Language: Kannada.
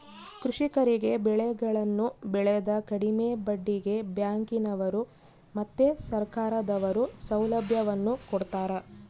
ಕೃಷಿಕರಿಗೆ ಬೆಳೆಗಳನ್ನು ಬೆಳೆಕ ಕಡಿಮೆ ಬಡ್ಡಿಗೆ ಬ್ಯಾಂಕಿನವರು ಮತ್ತೆ ಸರ್ಕಾರದವರು ಸೌಲಭ್ಯವನ್ನು ಕೊಡ್ತಾರ